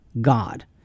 God